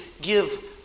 give